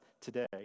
today